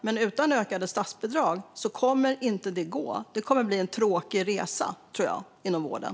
Men utan ökade statsbidrag kommer det inte att gå. Det tror jag kommer att bli en tråkig resa inom vården.